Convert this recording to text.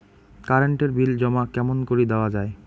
Current এর bill জমা কেমন করি দেওয়া যায়?